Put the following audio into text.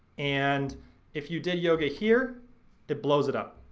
and if you did yoga here it blows it up.